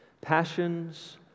Passions